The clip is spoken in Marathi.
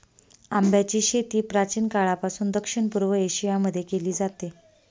आंब्याची शेती प्राचीन काळापासून दक्षिण पूर्व एशिया मध्ये केली जाते